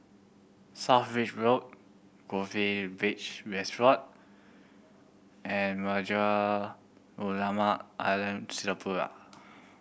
South Bridge Road Goldkist Beach Resort and Majlis Ugama Islam Singapura